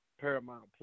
Paramount+